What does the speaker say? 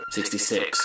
Sixty-six